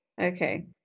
Okay